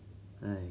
!hais!